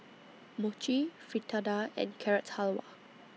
Mochi Fritada and Carrot Halwa